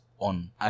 On